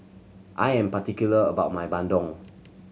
I am particular about my bandung